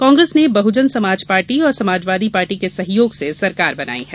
कांग्रेस ने बहुजन समाज पार्टी और समाजवादी पार्टी के सहयोग से सरकार बनाई है